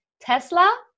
Tesla